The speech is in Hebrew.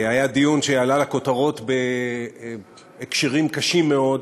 היה דיון שעלה לכותרות בהקשרים קשים מאוד,